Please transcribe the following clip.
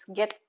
get